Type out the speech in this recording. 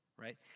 right